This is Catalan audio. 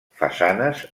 façanes